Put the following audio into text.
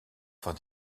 fin